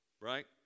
Right